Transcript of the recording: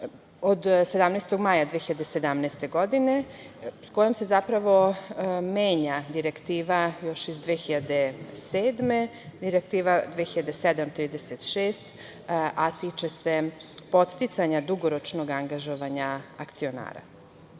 od 17. maja 2017. godine kojom se zapravo menja direktiva još iz 2007. godine, Direktiva 2007-36, a tiče se podsticanja dugoročnog angažovanja akcionara. Kao